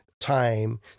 time